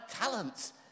talents